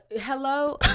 hello